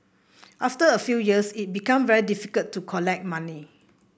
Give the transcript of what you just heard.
after a few years it became very difficult to collect money